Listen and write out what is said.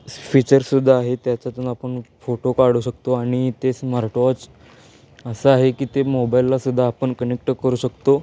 स्फीचरसुद्धा आहे त्याच्यातून आपण फोटो काढू शकतो आणि ते स्मार्टवॉच असं आहे की ते मोबाईललासुद्धा आपण कनेक्ट करू शकतो